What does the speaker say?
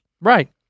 Right